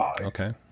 Okay